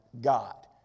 God